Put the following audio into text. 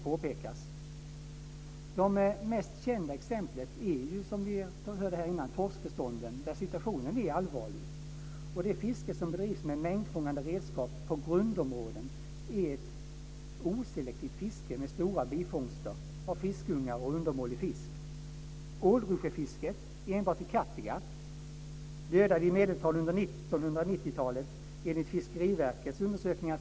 Det mest kända exemplet är, som vi hörde här tidigare, torskbestånden. För dem är situationen allvarlig. Det fiske som bedrivs med mängdfångande redskap på grundområden är ett oselektivt fiske med stora bifångster av fiskungar och undermålig fisk.